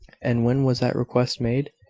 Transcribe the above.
and when was that request made?